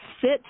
sit